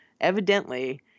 Evidently